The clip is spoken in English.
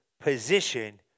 position